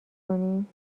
کنیم